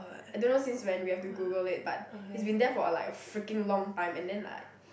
I don't know since when we have to Google it but it's been there for a like freaking long time and then like